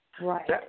Right